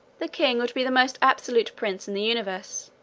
the king would be the most absolute prince in the universe,